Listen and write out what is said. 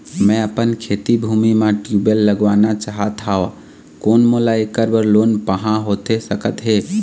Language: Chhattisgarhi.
मैं अपन खेती भूमि म ट्यूबवेल लगवाना चाहत हाव, कोन मोला ऐकर बर लोन पाहां होथे सकत हे?